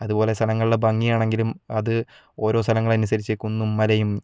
അതുപോലെ സ്ഥലങ്ങളിലെ ഭംഗിയാണെങ്കിലും അത് ഓരോ സ്ഥലങ്ങളനുസരിച്ച് കുന്നും മലയും